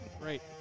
Great